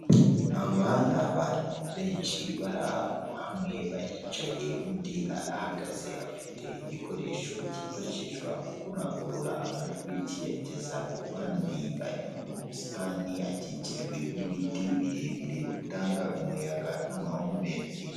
Aba ni abantu benshi bari ahantu hamwe baricaye, undi arahagaze afite igikoresho cyifashishwa mu kurangurura amajwi kiyageza ku bandi, bari mu busitani akikijwe n'ibiti birebire bitanga umuyaga n'amahumbezi.